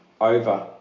over